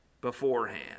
beforehand